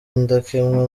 indakemwa